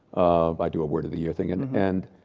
i do a word of the year thing and and